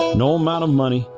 no amount of money,